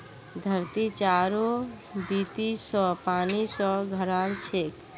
धरती चारों बीती स पानी स घेराल छेक